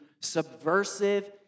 subversive